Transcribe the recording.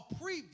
preview